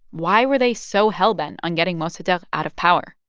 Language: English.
why were they so hell-bent on getting mossadegh out of power?